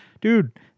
dude